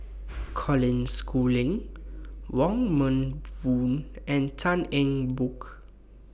Colin Schooling Wong Meng Voon and Tan Eng Bock